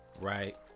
right